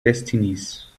destinies